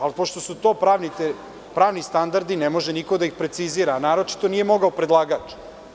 Ali, pošto su to pravni standardi, ne može niko da ih precizira, a naročito nije mogao predlagač.